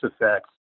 effects